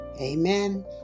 Amen